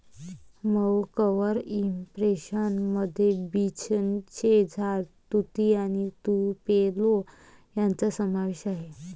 मऊ cover impression मध्ये बीचचे झाड, तुती आणि तुपेलो यांचा समावेश आहे